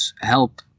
help